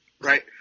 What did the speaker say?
right